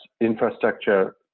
infrastructure